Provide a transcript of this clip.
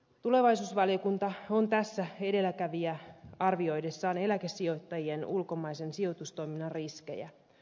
tulevaisuusvaliokunta on tässä edelläkävijä arvioidessaan eläkesijoittajien ulkomaisen sijoitustoiminnan riskejä